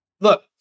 Look